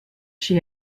she